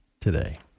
today